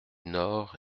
nord